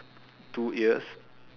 two ears